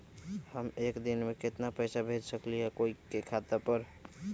हम एक दिन में केतना पैसा भेज सकली ह कोई के खाता पर?